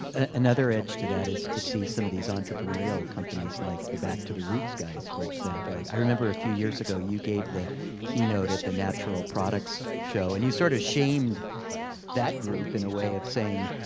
another edge to that is to see some of these entrepreneurial companies like the back to the roots guys for example. like i remember a few years ago you gave the keynote at the national products show. and you sort of shamed that group in the way of saying,